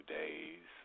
days